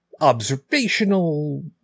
observational